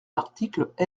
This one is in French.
l’article